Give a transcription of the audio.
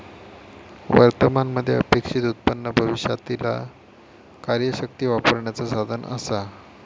वर्तमान मध्ये अपेक्षित उत्पन्न भविष्यातीला कार्यशक्ती वापरण्याचा साधन असा